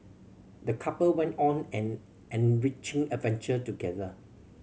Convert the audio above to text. the couple went on an enriching adventure together